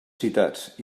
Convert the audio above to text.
citats